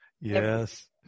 Yes